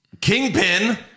Kingpin